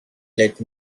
let